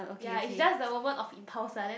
ya is just the moment of impulse lah then